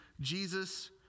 Jesus